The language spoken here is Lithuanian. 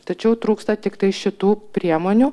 tačiau trūksta tiktai šitų priemonių